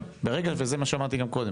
זה מה שאמרתי גם קדם.